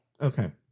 Okay